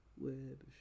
Web